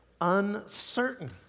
uncertain